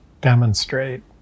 demonstrate